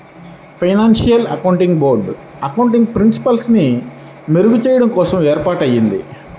financial accounting board accounting ప్రిన్సిపల్స్ని మెరుగుచెయ్యడం కోసం ఏర్పాటయ్యింది